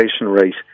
rate